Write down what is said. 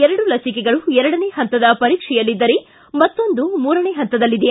ಎರಡು ಲಸಿಕೆಗಳು ಎರಡನೇ ಹಂತದ ಪರೀಕ್ಷೆಯಲ್ಲಿದ್ದರೆ ಮತ್ತೊಂದು ಮೂರನೇ ಹಂತದಲ್ಲಿದೆ